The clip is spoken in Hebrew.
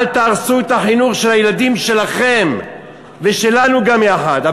אל תהרסו את החינוך של הילדים שלכם ושלנו גם יחד.